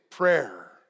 Prayer